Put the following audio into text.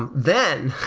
then, then,